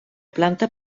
planta